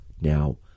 Now